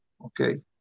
okay